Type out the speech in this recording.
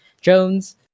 jones